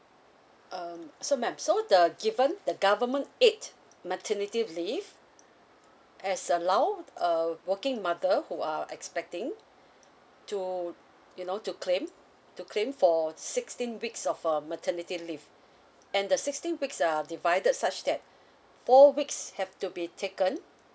um so mam so the given the government aid maternity leave as allow uh working mother who are expecting to you know to claim to claim for sixteen weeks of a maternity leave and the sixteen weeks are divided such that four weeks have to be taken